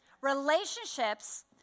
Relationships